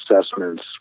assessments